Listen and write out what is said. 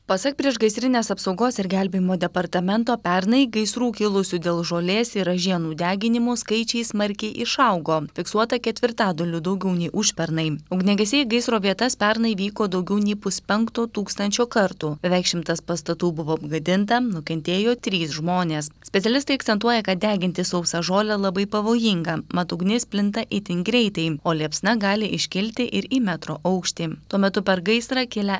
pasak priešgaisrinės apsaugos ir gelbėjimo departamento pernai gaisrų kilusių dėl žolės ir ražienų deginimo skaičiai smarkiai išaugo fiksuota ketvirtadaliu daugiau nei užpernai ugniagesiai į gaisro vietas pernai vyko daugiau nei puspenkto tūkstančio kartų beveik šimtas pastatų buvo apgadinta nukentėjo trys žmonės specialistai akcentuoja kad deginti sausą žolę labai pavojinga mat ugnis plinta itin greitai o liepsna gali iškilti ir į metro aukštį tuo metu per gaisrą kilę